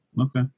Okay